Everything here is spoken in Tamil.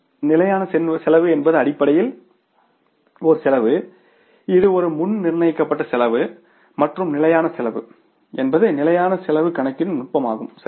நிலையான செலவு என்பது அடிப்படையில் செலவு இது ஒரு முன் நிர்ணயிக்கப்பட்ட செலவு மற்றும் நிலையான செலவு என்பது நிலையான செலவைக் கணக்கிடும் நுட்பமாகும் சரியா